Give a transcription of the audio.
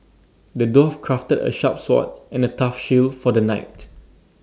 the dwarf crafted A sharp sword and A tough shield for the knight